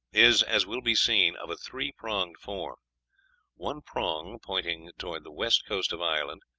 is, as will be seen, of a three-pronged form one prong pointing toward the west coast of ireland,